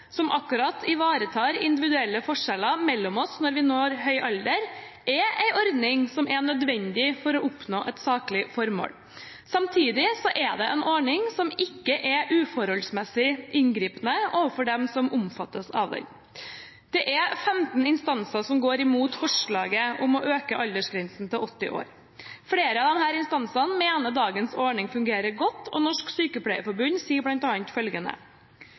som akkurat ivaretar individuelle forskjeller når man når høy alder – er en ordning som er nødvendig for å oppnå et saklig formål. Samtidig er det en ordning som ikke er uforholdsmessig inngripende overfor dem som omfattes av den. Det er 15 instanser som går imot forslaget om å heve aldersgrensen til 80 år. Flere av disse instansene mener dagens ordning fungerer godt, og Norsk Sykepleierforbund sier bl.a. følgende: